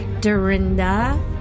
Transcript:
Dorinda